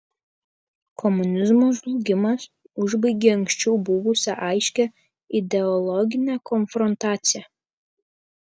komunizmo žlugimas užbaigė anksčiau buvusią aiškią ideologinę konfrontaciją